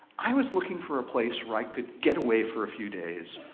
i was looking for a place where i could get away for a few days,